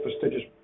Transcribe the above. prestigious